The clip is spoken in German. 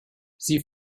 sie